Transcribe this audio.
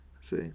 See